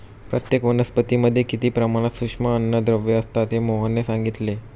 प्रत्येक वनस्पतीमध्ये किती प्रमाणात सूक्ष्म अन्नद्रव्ये असतात हे मोहनने सांगितले